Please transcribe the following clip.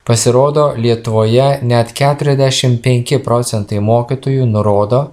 pasirodo lietuvoje net keturiasdešim penki procentai mokytojų nurodo